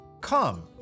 Come